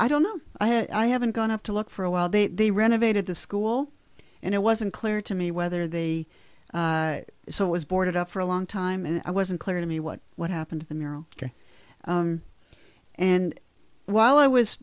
i don't know i haven't gone up to look for a while they renovated the school and it wasn't clear to me whether they so it was boarded up for a long time and i wasn't clear to me what what happened to the mural and while i was